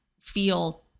feel